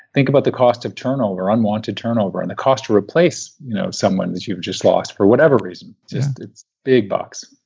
think about the cost of turnover, unwanted turnover, and the cost to replace you know someone that you've just lost for whatever reason. just big bucks.